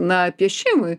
na piešimui